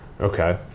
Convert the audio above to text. Okay